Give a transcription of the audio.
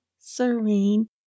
serene